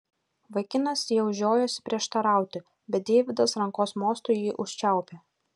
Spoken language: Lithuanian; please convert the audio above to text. vaikinas jau žiojosi prieštarauti bet deividas rankos mostu jį užčiaupė